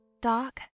Doc